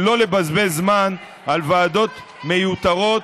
ולא לבזבז זמן על ועדות מיותרות,